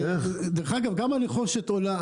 גם הנחושת עולה,